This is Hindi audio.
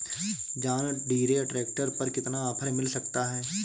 जॉन डीरे ट्रैक्टर पर कितना ऑफर मिल सकता है?